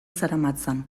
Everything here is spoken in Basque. zeramatzan